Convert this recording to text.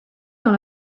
dans